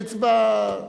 אצבע,